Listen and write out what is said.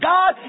God